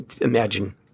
imagine